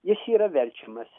jis yra verčiamas